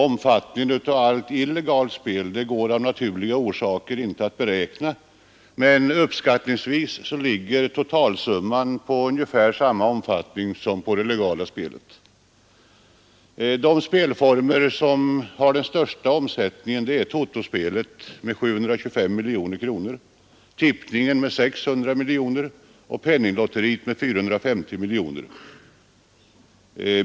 Omfattningen av allt illegalt spel går av naturliga orsaker inte att beräkna, men uppskattningsvis uppgår den summan till ungefär samma belopp som för det legala spelet. De spelformer som har den största omsättningen är totospelet med 725 miljoner kronor, tippningen med 600 miljoner kronor och penninglotteriet med 450 miljoner kronor.